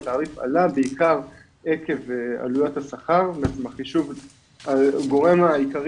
אז התעריף עלה בעיקר עקב עלויות השכר והחישוב הוא הגורם העיקרי